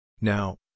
Now